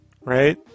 right